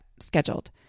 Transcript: scheduled